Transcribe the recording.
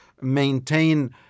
maintain